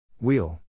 Wheel